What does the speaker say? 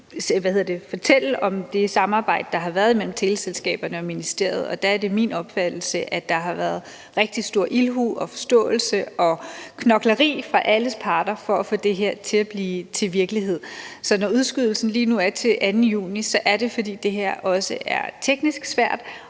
fortælle om det samarbejde, der har været mellem teleselskaberne og ministeriet. Og der er det min opfattelse, at der har været rigtig stor ildhu og forståelse og knokleri fra alle parters side for at få det her til at blive til virkelighed. Så når udskydelsen lige nu er til den 2. juni, er det, fordi det her også er teknisk svært,